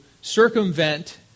circumvent